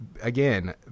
Again